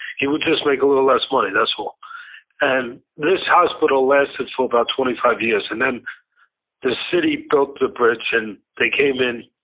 he would just make a little less money, that's all and this hospital lasted and for about twenty five years, and then the city built a bridge. and they came in,